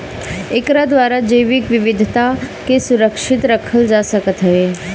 एकरा द्वारा जैविक विविधता के सुरक्षित रखल जा सकत हवे